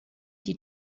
die